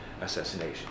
assassination